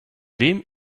wem